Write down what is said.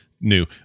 new